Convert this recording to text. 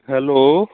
hello